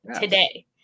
today